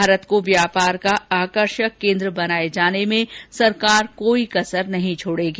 भारत को व्यापार का आकर्षक केन्द्र बनाए जाने में सरकार कोई कसर नहीं छोड़ेगी